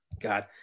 God